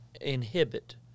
inhibit